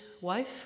wife